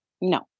No